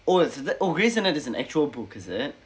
oh ya so that's oh grey's anat is an actual book is it